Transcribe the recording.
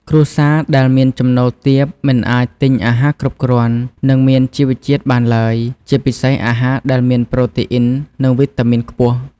គ្រួសារដែលមានចំណូលទាបមិនអាចទិញអាហារគ្រប់គ្រាន់ និងមានជីវជាតិបានឡើយ ជាពិសេសអាហារដែលមានប្រូតេអ៊ីន និងវីតាមីនខ្ពស់។